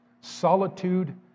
Solitude